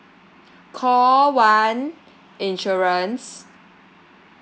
call one insurance